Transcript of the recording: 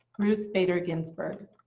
ruth bader ginsburg.